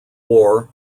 war